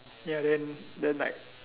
ya then then like